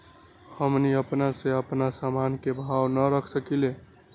हमनी अपना से अपना सामन के भाव न रख सकींले?